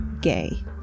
gay